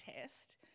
test